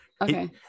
Okay